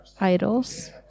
idols